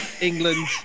England